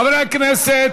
חברי הכנסת,